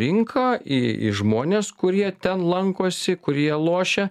rinką į į žmones kurie ten lankosi kurie lošia